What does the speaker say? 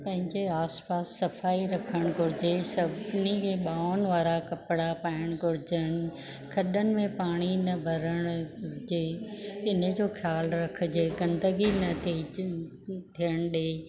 पंहिंजे आसपासि सफ़ाई रखण घुरिजे सभिनी खें ॿांहनि वारा कपिड़ा पाण घुरिजनि खॾनि में पाणी न भरण जे इन जो ख़्यालु रखिजे ॻंदिगी न थियण ॾिए